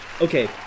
Okay